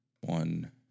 one